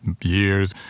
years